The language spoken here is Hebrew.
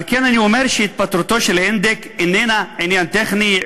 על כן אני אומר שהתפטרותו של אינדיק איננה עניין טכני,